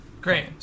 Great